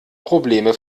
probleme